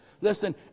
Listen